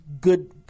good